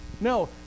No